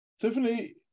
Tiffany